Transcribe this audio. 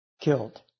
killed